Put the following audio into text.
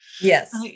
Yes